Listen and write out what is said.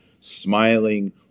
smiling